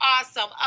awesome